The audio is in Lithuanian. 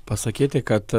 pasakyti kad